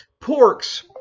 porks